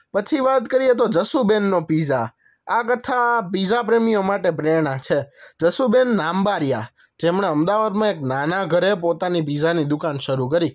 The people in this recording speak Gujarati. પછી વાત કરીએ તો જસુબહેનનો પીઝા આ કથા પીઝા પ્રેમીઓ માટે પ્રેરણા છે જસુબહેન નાંબારિયા જેમણે અમદાવાદમાં એક નાના ઘરે પોતાની પીઝાની દુકાન શરૂ કરી